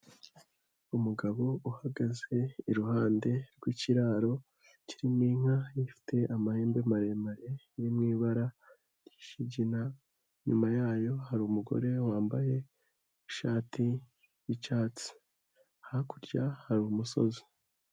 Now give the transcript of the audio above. Umugabo uhagaze iruhande rw'ikiraro kirimo inka ifite amahembe maremare, ni ibara ry'ikigina nyuma yayo hari umugore wambaye ishati yicyatsi, hakurya hari umusozi.